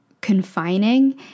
confining